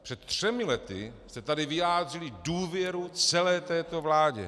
Před třemi lety jste tady vyjádřili důvěru celé této vládě.